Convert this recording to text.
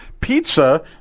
pizza